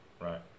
Right